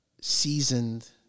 seasoned